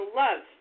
love